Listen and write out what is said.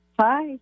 Hi